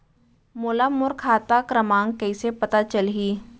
मोला मोर खाता क्रमाँक कइसे पता चलही?